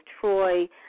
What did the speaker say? Troy